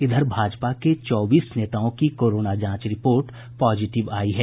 इधर भाजपा के चौबीस नेताओं की कोरोना जांच रिपोर्ट पॉजिटिव आयी है